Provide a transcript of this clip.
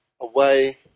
away